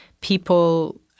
people